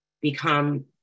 become